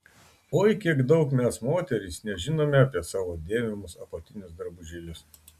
oi kiek daug mes moterys nežinome apie savo dėvimus apatinius drabužėlius